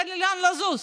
אין לי לאן לזוז.